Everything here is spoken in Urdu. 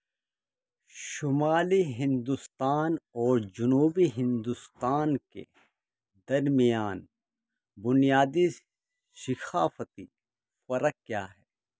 شمالی ہندوستان اور جنوبی ہندوستان کے درمیان بنیادی شقافتی فرق کیا ہے